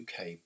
UK